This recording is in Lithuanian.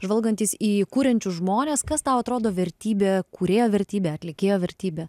žvalgantis į kuriančius žmones kas tau atrodo vertybė kūrėjo vertybė atlikėjo vertybė